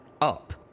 up